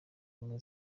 ubumwe